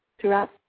throughout